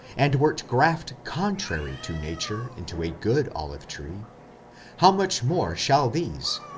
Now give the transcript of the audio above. and wert graffed contrary to nature into a good olive tree how much more shall these,